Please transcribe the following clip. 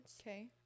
Okay